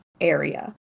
area